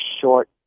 short